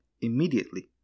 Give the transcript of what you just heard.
immediately